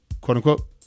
quote-unquote